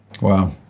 Wow